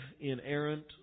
inerrant